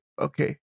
okay